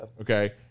okay